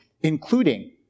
including